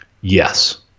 Yes